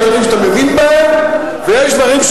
יש דברים שאתה מבין בהם ויש דברים,